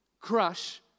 crush